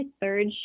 third